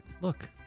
Look